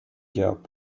job